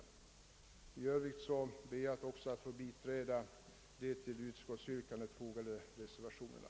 I övrigt ber jag att få biträda de till utskottsutlåtandet fogade reservationerna.